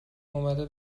اومده